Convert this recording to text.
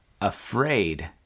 afraid